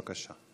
בבקשה.